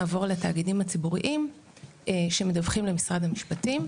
נעבור לתאגידים הציבוריים שמדווחים למשרד המפשטים.